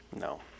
No